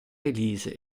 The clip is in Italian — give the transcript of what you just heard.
release